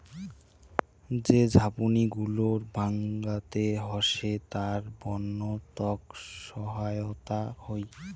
যে ঝাপনি গুলো ডাঙাতে হসে তার বন্য তক সহায়তা হই